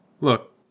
Look